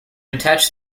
attach